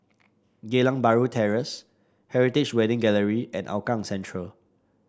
Geylang Bahru Terrace Heritage Wedding Gallery and Hougang Central